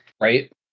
right